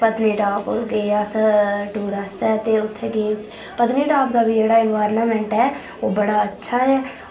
पत्नीटॉप गे अस टूर आस्तै ते उ'त्थें गे पत्नीटॉप दा बी जेह्ड़ा एनवायरनमेंट ऐ ओह् बड़ा अच्छा ऐ